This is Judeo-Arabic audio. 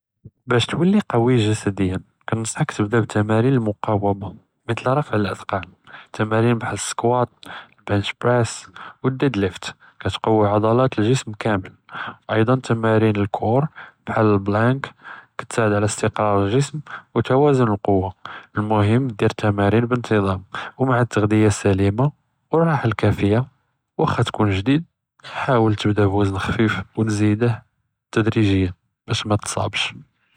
בַּשּׁ תּוּלִי קְווִי גִּסְדִּיָאנִי נַנְצַחִּכּ תַּבְּדָא בְּתַמָארִין אֶל-מֻקַאוּמָה מִתַּל תַּמָארִין רָפְעּ אֶל-אֻתְחָאל, תַּמָארִין בְּחַאל סְקוּאט, פַּאנְץ' פַּאנְס וְדֶד לִיפְט כַתְקַווִי עֻדְלַאת אֶל-גִּסְד כָּאמֵל, כַתְקַווִי עֻדְלַאת אֶל-גִּסְד כָּאמֵל וְאַיְצָא תַּמָארִין אֶל-קוֹר בְּחַאל אֶל-פְּלַאנְק תְּסַעֵד עַל אִסְתִקְרַאר אֶל-גִּסְד וְתַוַאזוּן אֶל-קּוּוָה. אֶל-מֻהִים דִּיר תַּמָארִין בְּאִינְתִזַאמ וּמַעַא אֶל-תַغְדִיָה אֶל-סַלִימָה וְאֶל-רַاحָה אֶל-קָאפִיָּה, חָא כֻּנְת גְּדִיד חַאוּל תַּבְּדָא בְּרִיתְם חָפִיף וְתַזִידוֹ תַּדְרִיגִיָאנִיָּה בַּשּׁ מַתַּצָּאבּּש.